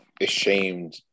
ashamed